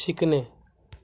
शिकणे